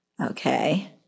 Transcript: Okay